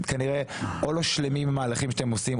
כנראה או לא שלמים עם המהלכים שאתם עושים,